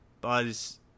Buzz